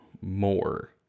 more